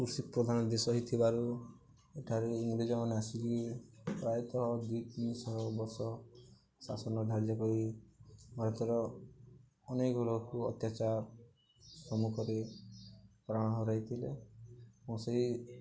କୃଷି ପ୍ରଧାନ ଦେଶ ହେଇଥିବାରୁ ଏଠାରେ ଇଂରେଜମାନେ ଆସିକି ପ୍ରାୟତଃ ଦୁଇ ତିନିଶହ ବର୍ଷ ଶାସନ ଧାର୍ଯ୍ୟ କରି ଭାରତର ଅନେକ ଗ୍ରହକୁ ଅତ୍ୟାଚାର ସମ୍ମୁଖରେ ପ୍ରାଣ ହରାଇଥିଲେ ଓ ସେଇ